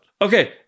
Okay